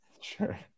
Sure